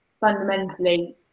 fundamentally